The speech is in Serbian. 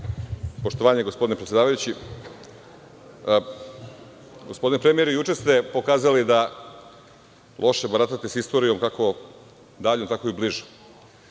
Poštovani predsedavajući, gospodine premijeru, juče ste pokazali da loše baratate sa istorijom, kako daljom, tako i bližom,